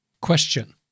Question